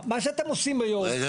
מה שאתם עושים היום --- רגע,